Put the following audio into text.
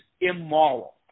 immoral